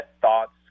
thoughts